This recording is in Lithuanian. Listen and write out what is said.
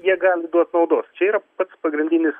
jie gali duot naudos čia yra pats pagrindinis